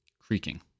creaking